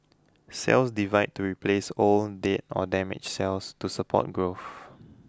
cells divide to replace old dead or damaged cells to support growth